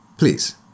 Please